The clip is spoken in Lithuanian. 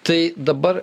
tai dabar